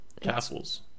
Castles